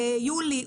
יולי,